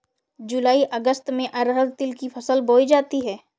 जूलाई अगस्त में अरहर तिल की फसल बोई जाती हैं